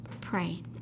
pray